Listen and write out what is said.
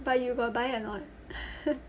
but you got buy or not